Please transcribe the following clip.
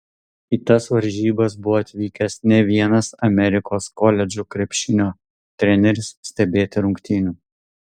į tas varžybas buvo atvykęs ne vienas amerikos koledžų krepšinio treneris stebėti rungtynių